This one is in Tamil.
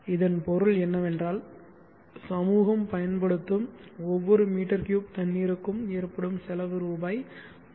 இதன் பொருள் என்னவென்றால் சமூகம் பயன்படுத்தும் ஒவ்வொரு மீ 3 தண்ணீருக்கும் ஏற்படும் செலவு ரூபாய் 10